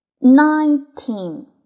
nineteen